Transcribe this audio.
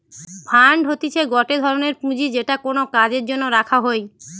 fund হতিছে গটে ধরনের পুঁজি যেটা কোনো কাজের জন্য রাখা হই